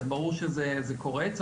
אז ברור שזה קורץ,